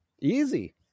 easy